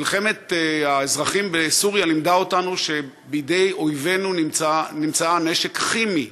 מלחמת האזרחים בסוריה לימדה אותנו שבידי אויבינו נמצא נשק כימי,